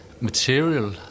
material